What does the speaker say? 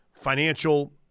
financial